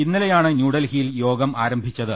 ഇന്നലെയാണ് ന്യൂഡൽഹി യിൽ യോഗം ആരംഭിച്ചത്